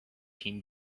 team